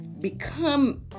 become